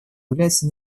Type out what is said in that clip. является